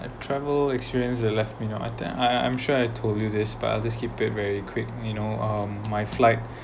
a travel experience that left me no attempt I I'm sure I told you this but I'll just keep it very quick you know um my flight